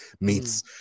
meets